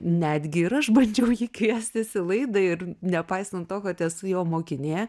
netgi ir aš bandžiau jį kviestis į laidą ir nepaisant to kad esu jo mokinė